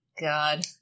God